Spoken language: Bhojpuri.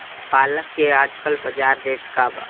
पालक के आजकल बजार रेट का बा?